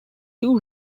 two